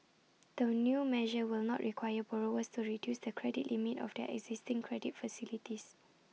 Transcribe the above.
the new measure will not require borrowers to reduce the credit limit of their existing credit facilities